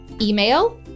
email